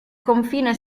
confine